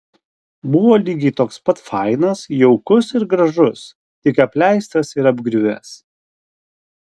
buvo lygiai toks pat fainas jaukus ir gražus tik apleistas ir apgriuvęs